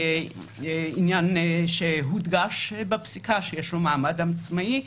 שזה עניין שהודגש בפסיקה ויש לו מעמד עצמאי.